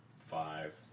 five